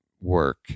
work